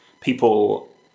people